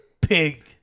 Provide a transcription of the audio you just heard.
pig